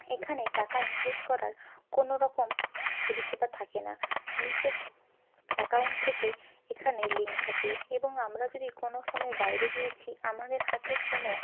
এখানে টাকা ইনভেস্ট করার কোনো রকম পরিষেবা থাকে না নিজের অ্যাকাউন্ট থেকে এখানে লিঙ্ক থাকে এবং আমরা যদি কোনো সময় বাইরে গিয়েছি আমাদের হাতে কোনো